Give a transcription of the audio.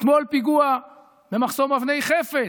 אתמול פיגוע במחסום אבני חפץ,